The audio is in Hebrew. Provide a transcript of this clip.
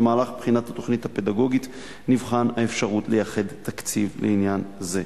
במהלך בחינת התוכנית הפדגוגית נבחן את האפשרות לייחד תקציב לעניין זה.